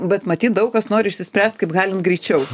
bet matyt daug kas nori išsispręst kaip galima greičiau